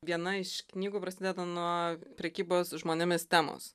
viena iš knygų prasideda nuo prekybos žmonėmis temos